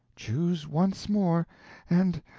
choose once more and